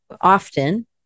often